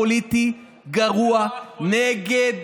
קודם כול, ראינו איך תפרו את התיק.